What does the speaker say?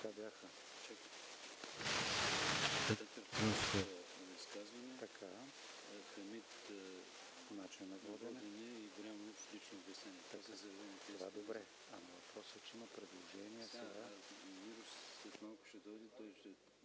това е добре